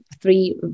three